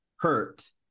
hurt